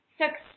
Success